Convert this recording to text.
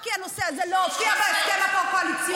כי הנושא הזה לא הופיע בהסכם התוך-קואליציוני.